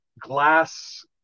glass